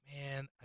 man